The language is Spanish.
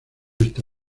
está